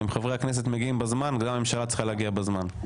אם חברי הכנסת מגיעים בזמן גם הממשלה צריכה להגיע בזמן.